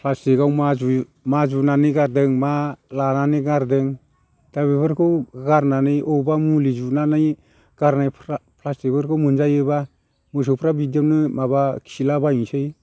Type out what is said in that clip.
फ्लास्टिकाव मा जुयो मा जुनानै गारदों मा लानानै गारदों दा बेफोरखौ गारनानै बबावबा मुलि जुनानै गारनाय फ्लास्टिकफोरखौ मोनजायोबा मोसौफ्रा बिदियावनो माबा खिला बायनोसै